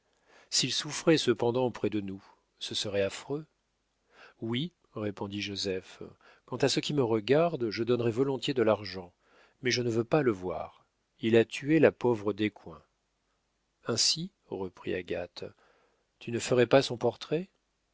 s'il souffrait cependant près de nous ce serait affreux oui répondit joseph quant à ce qui me regarde je donnerais volontiers de l'argent mais je ne veux pas le voir il a tué la pauvre descoings ainsi reprit agathe tu ne ferais pas son portrait